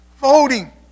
voting